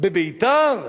בביתר?